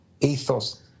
ethos